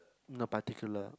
no particular